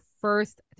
first